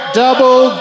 double